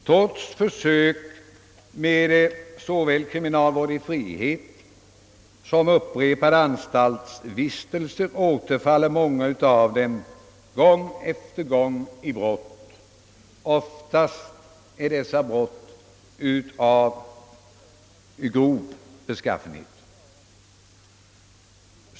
Trots försök med såväl kriminalvård i frihet som upprepad anstaltsvistelse återfaller många av dem gång på gång i brott. Oftast är dessa brott av grov beskaffenhet.